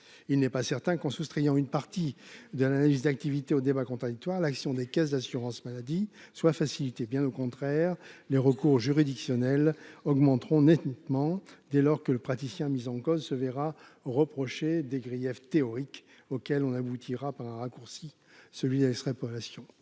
il n'est pas certain qu'en soustrayant une partie de l'analyse d'activité au débat contradictoire, la question des caisses d'assurance-maladie soit facilité, bien au contraire, les recours juridictionnel augmenteront nettement dès lors que le praticien mis en cause se verra reprocher des griefs théorique auquel on aboutira pas raccourci celui-là serait progression